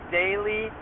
daily